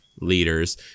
liters